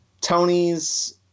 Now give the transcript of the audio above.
Tony's